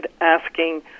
asking